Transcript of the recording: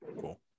Cool